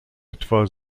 etwa